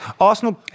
Arsenal